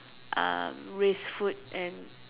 uh with food and